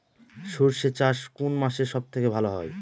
সর্ষে চাষ কোন মাসে সব থেকে ভালো হয়?